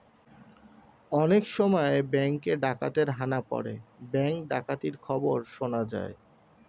অনেক সময় ব্যাঙ্কে ডাকাতের হানা পড়ে ব্যাঙ্ক ডাকাতির খবর শোনা যায়